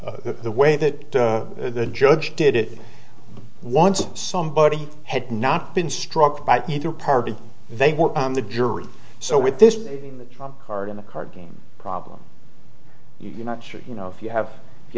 trial the way that the judge did it once somebody had not been struck by either party they were on the jury so with this being the trump card in a card game problem you're not sure you know if you have